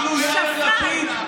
השתתפו אותם אלה שאת מאחלת להם שימשיכו.